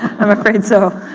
i'm afraid so.